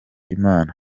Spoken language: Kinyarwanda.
imana